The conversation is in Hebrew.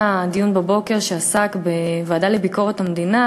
היה בבוקר דיון בוועדה לביקורת המדינה